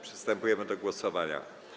Przystępujemy do głosowania.